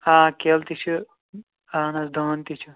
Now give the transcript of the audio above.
آ کیلہٕ تہِ چھِ اَہن حظ دٲن تہِ چھِ